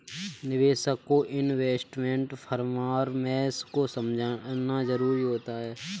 निवेशक को investment performance को समझना जरुरी होता है